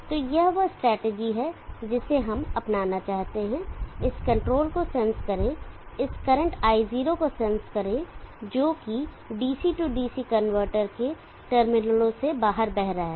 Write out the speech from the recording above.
तो यह वह स्ट्रेटजी है जिसे हम अपनाना चाहते हैं इस कंट्रोल को सेंस करें इस करंट i0 को सेंस करें जोकि DC DC कनवर्टर के टर्मिनलों से बाहर बह रहा है